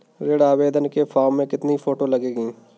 ऋण आवेदन के फॉर्म में कितनी फोटो लगेंगी?